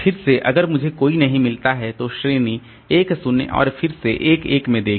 फिर से अगर मुझे कोई नहीं मिलता है तो श्रेणी 1 0 और फिर से 1 1 में देखें